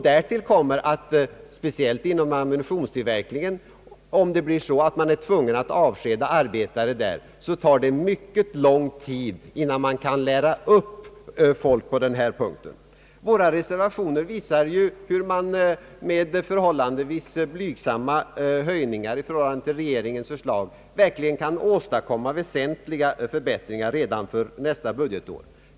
Därtill kommer att det speciellt inom ammunitionstillverkningen, om man blir tvungen att avskeda arbetare där, tar mycket lång tid att lära upp nya arbetare. Våra reservationer visar ju hur man med blygsamma höjningar i förhållande till regeringens förslag verkligen kan åstadkomma väsentliga förbättringar redan för nästa budgetår.